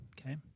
okay